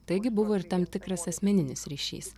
taigi buvo ir tam tikras asmeninis ryšys